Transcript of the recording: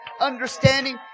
understanding